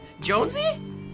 Jonesy